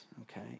okay